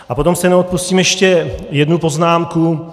A potom si neodpustím ještě jednu poznámku.